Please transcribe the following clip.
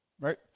right